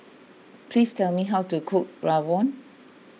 please tell me how to cook Rawon